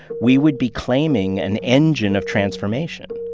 we would be claiming an engine of transformation,